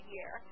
Year